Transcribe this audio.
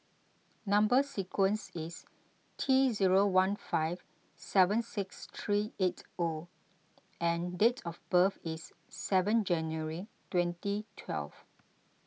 Number Sequence is T zero one five seven six three eight O and date of birth is seven January twenty twelve